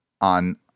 On